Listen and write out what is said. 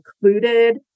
included